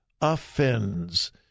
offends